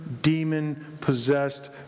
demon-possessed